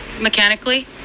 mechanically